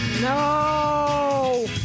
No